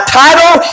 title